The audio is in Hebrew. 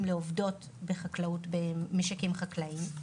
לעבודות ולעובדים בחקלאות במשרים חקלאיים.